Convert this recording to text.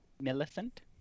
Millicent